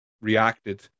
reacted